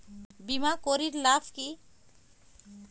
বিমা করির লাভ কি?